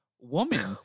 woman